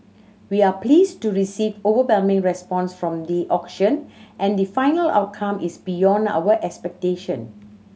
we are pleased to receive overwhelming response from the auction and the final outcome is beyond our expectation